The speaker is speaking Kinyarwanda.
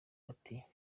ati